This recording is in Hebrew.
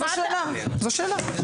זאת שאלה.